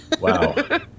Wow